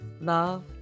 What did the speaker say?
love